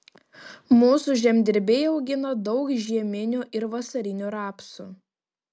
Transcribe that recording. mūsų žemdirbiai augina daug žieminių ir vasarinių rapsų